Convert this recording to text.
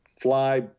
fly